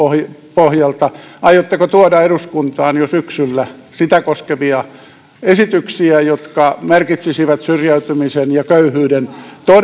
pohjalta aiotteko tuoda eduskuntaan jo syksyllä sitä koskevia esityksiä jotka merkitsisivät syrjäytymisen ja köyhyyden